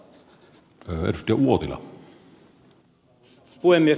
arvoisa puhemies